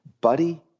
buddy